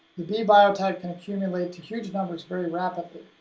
the b biotype can accumulate to huge numbers very rapidly,